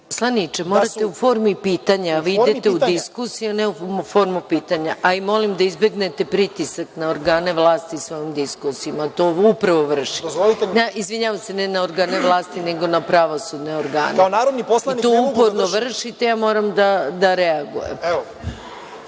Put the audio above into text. Poslaniče, morate u formi pitanja. Vi idete u diskusiju, a ne u formu pitanja. A i molim da izbegnete pritisak na organe vlasti sa ovom diskusijom. To upravo vršite. Izvinjavam se, ne na organe vlasti, nego na pravosudne organe, i to uporno vršite. Moram da reagujem.